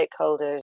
stakeholders